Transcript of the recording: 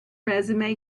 resume